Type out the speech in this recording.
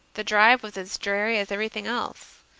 the drive was as dreary as everything else,